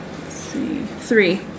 Three